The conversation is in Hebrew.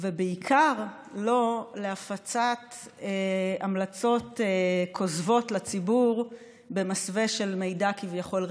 ובעיקר לא להפצת המלצות כוזבות לציבור במסווה של מידע רפואי כביכול.